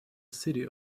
city